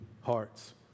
hearts